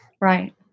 right